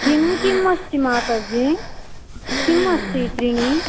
किं किम् अस्ति माताजि किम् अस्ति त्रीणि